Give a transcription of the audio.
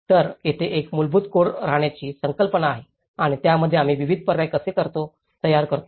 तर तेथे एक मूलभूत कोड राहण्याची संकल्पना आहे आणि त्यामध्ये आम्ही विविध पर्याय कसे तयार करतो